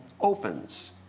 opens